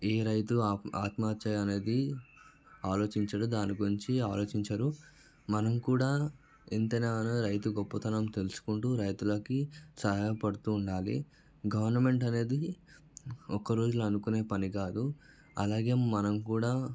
ఈ రైతు ఆత్మహత్య అనేది ఆలోచించడు దాని గురించి ఆలోచించరు మనం కూడా ఎంతైనా రైతు గొప్పతనం తెలుసుకుంటూ రైతులకి సహాయపడుతూ ఉండాలి గవర్నమెంట్ అనేది ఒక్క రోజులో అనుకునే పని కాదు అలాగే మనం కూడా